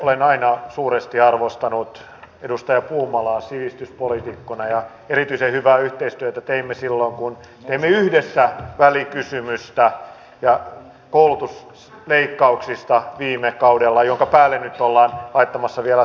olen aina suuresti arvostanut edustaja puumalaa sivistyspoliitikkona ja erityisen hyvää yhteistyötä teimme silloin kun teimme yhdessä välikysymystä koulutusleikkauksista viime kaudella joiden päälle nyt ollaan laittamassa vielä tuplaleikkaukset